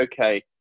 okay